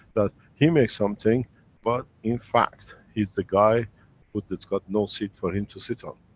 that he make something but, in fact, he's the guy who, that's got no seat for him to sit on.